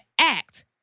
act